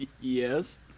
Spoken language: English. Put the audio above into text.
Yes